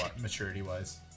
Maturity-wise